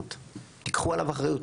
תיקחו עליו אחריו,